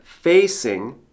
Facing